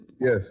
Yes